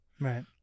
Right